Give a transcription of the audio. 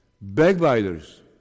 backbiters